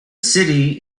city